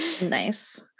Nice